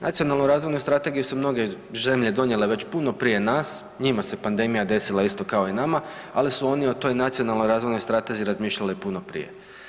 Nacionalnu razvojnu strategiju su mnoge zemlje donijele već puno prije nas, njima se pandemija desila isto kao i nama, ali su oni o toj nacionalnoj razvojnoj strategiji razmišljali puno prije.